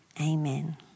amen